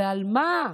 ועל מה?